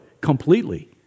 completely